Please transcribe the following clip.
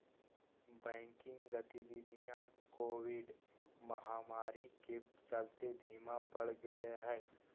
banking गतिवीधियां Covid महामारी के चलते धीमा पड़ गेले हें